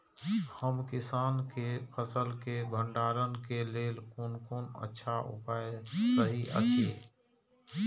हम किसानके फसल के भंडारण के लेल कोन कोन अच्छा उपाय सहि अछि?